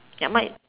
ya mine